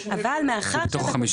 עבודה.